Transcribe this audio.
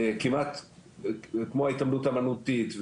כמעט כמו ההתעמלות האומנותית,